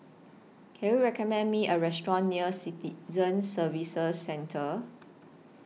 Can YOU recommend Me A Restaurant near Citizen Services Centre